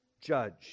judge